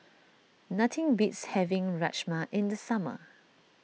nothing beats having Rajma in the summer